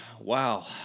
Wow